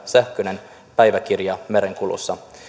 sähköistä päiväkirjaa merenkulussa